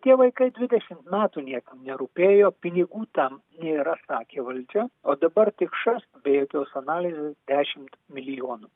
tie vaikai dvidešimt metų niekam nerūpėjo pinigų tam nėra sakė valdžia o dabar tik šast jokios analizės dešimt milijonų